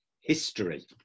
history